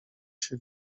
się